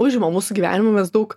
užima mūsų gyvenimo mes daug